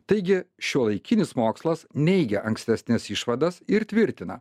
taigi šiuolaikinis mokslas neigia ankstesnes išvadas ir tvirtina